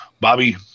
Bobby